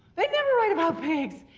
they never write about pigs!